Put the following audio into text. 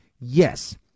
yes